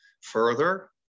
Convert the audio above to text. further